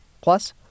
Plus